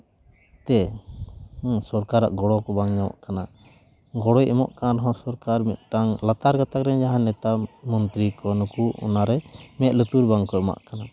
ᱛᱮ ᱥᱚᱨᱠᱟᱨᱟᱜ ᱜᱚᱲᱚ ᱠᱚ ᱵᱟᱝ ᱧᱟᱢᱚᱜ ᱠᱟᱱᱟ ᱜᱚᱲᱚᱭ ᱮᱢᱚᱜ ᱠᱟᱱ ᱨᱮᱦᱚᱸ ᱥᱚᱨᱠᱟᱨ ᱢᱤᱫᱴᱟᱝ ᱞᱟᱛᱟᱨ ᱜᱟᱛᱟᱠ ᱨᱮᱱ ᱡᱟᱦᱟᱸᱭ ᱱᱮᱛᱟ ᱢᱚᱱᱛᱨᱤ ᱠᱚ ᱱᱩᱠᱩ ᱚᱱᱟᱨᱮ ᱢᱮᱫ ᱞᱩᱛᱩᱨ ᱵᱟᱝ ᱠᱚ ᱮᱢᱟᱜ ᱠᱟᱱᱟ